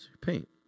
paint